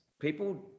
People